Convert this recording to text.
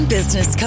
Business